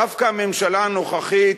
דווקא הממשלה הנוכחית